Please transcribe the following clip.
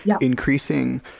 increasing